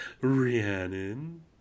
Rhiannon